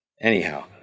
Anyhow